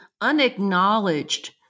unacknowledged